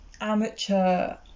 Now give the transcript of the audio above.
amateur